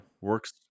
Works